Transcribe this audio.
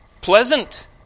pleasant